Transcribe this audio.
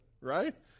right